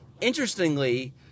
Interestingly